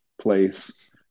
place